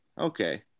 Okay